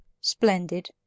splendid